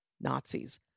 Nazis